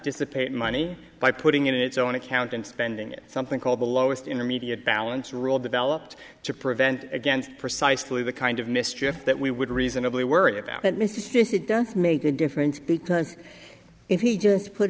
dissipate money by putting in its own account and spending it something called the lowest intermediate balance rule developed to prevent against precisely the kind of mischief that we would reasonably worry about that mr does make a difference because if he just put